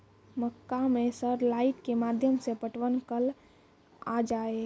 मक्का मैं सर लाइट के माध्यम से पटवन कल आ जाए?